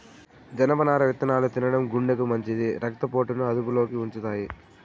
జనపనార విత్తనాలు తినడం గుండెకు మంచిది, రక్త పోటును అదుపులో ఉంచుతాయి